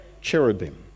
cherubim